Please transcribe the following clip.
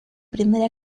primera